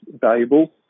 valuable